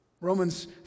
Romans